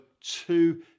two